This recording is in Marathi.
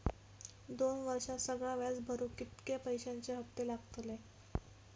दोन वर्षात सगळा व्याज भरुक कितक्या पैश्यांचे हप्ते लागतले?